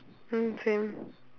mm same